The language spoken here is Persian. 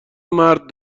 مرد